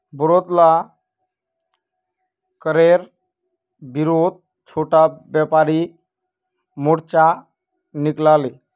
बोढ़ला करेर विरोधत छोटो व्यापारी मोर्चा निकला ले